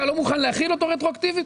אתה לא מוכן להחיל אותו רטרואקטיבית?